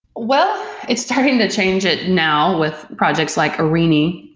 well, it's starting to change it now with projects like arini,